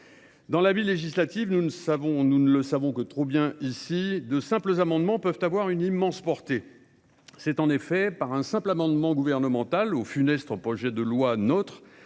Dans la vie législative, nous ne le savons que trop, de simples amendements peuvent avoir une immense portée. En 2015, c’est en effet par un simple amendement gouvernemental au funeste projet de loi NOTRe,